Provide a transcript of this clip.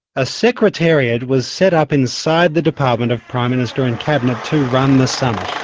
ah secretariat was set up inside the department of prime minister and cabinet to run the summit.